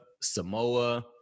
Samoa